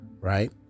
Right